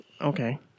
Okay